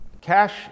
Cash